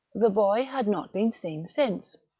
the boy had not been seen since.